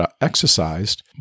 exercised